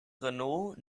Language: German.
renault